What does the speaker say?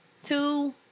two